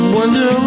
wonder